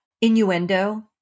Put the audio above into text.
innuendo